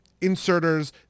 inserters